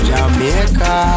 Jamaica